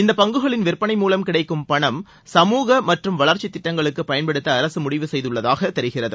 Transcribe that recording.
இந்த பங்குகளின் விற்பனை மூலம் கிடைக்கும் பணம் சமூக மற்றும் வளர்ச்சி திட்டங்களுக்கு பயன்படுத்த அரசு முடிவு செய்துள்ளதாக தெரிகிறது